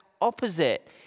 opposite